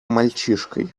мальчишкой